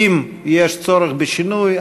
ואם יש צורך בשינוי,